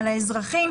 על האזרחים,